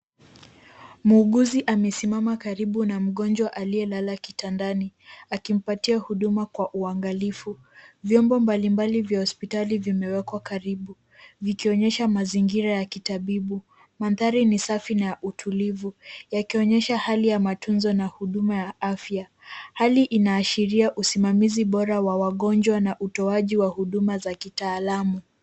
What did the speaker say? Muuguzi amesimama karibu na mgonjwa aliyelala kitandani akimpatia huduma kwa uangalifu . Vyombo mbalimbali vya hospitali vimewekwa karibu, vikionyesha mazingira ya kitabibu. Mandhari ni safi na ya utulivu yakionyesha hali ya matunzo na huduma ya afya, hali inaashiria usimamizi bora wa wagonjwa na utoaji wa huduma za kitaalamu.